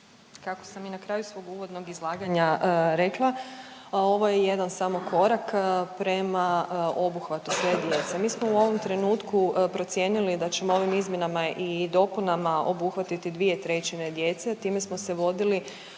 kako sam i na kraju svog uvodnog izlaganja rekla, ovo je jedan samo korak prema obuhvatu sve djece. Mi smo u ovom trenutku procijenili da ćemo ovim izmjenama i dopunama obuhvatiti 2/3 djece, time smo se vodili